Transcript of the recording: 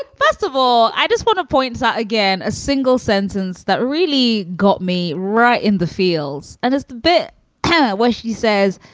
ah first of all, i just want to point out again a single sentence that really got me right in the fields. and it's the bit where she says